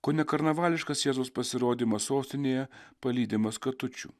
kone karnavališkas jėzaus pasirodymo sostinėje palydimas katučių